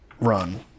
run